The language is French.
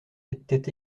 était